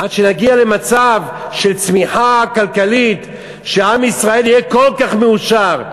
עד שנגיע למצב של צמיחה כלכלית שעם ישראל יהיה כל כך מאושר,